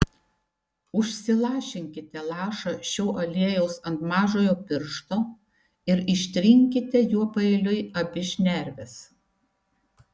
užsilašinkite lašą šio aliejaus ant mažojo piršto ir ištrinkite juo paeiliui abi šnerves